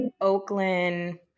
Oakland